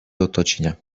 оточення